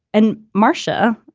and marcia,